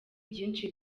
byinshi